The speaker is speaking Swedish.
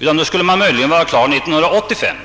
utan möjligen 1985.